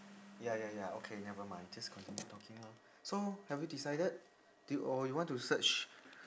ya ya ya okay never mind just continue talking lor so have you decided did or you want to search